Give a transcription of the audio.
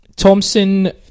Thompson